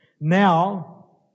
Now